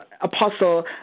Apostle